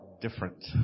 different